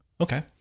Okay